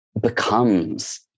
becomes